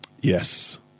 yes